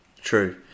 true